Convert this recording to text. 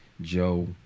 joe